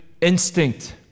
instinct